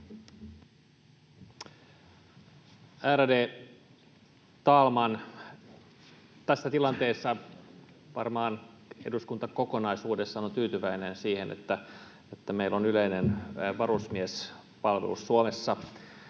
Ärade talman! Tässä tilanteessa eduskunta varmaan on kokonaisuudessaan tyytyväinen siihen, että meillä on yleinen varusmiespalvelus Suomessa,